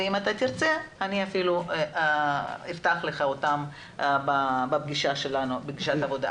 ואם תרצה אני אפתח לך אותם בפגישת העבודה שלנו.